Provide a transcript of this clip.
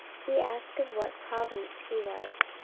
he asked of what province he was.